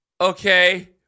Okay